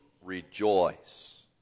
rejoice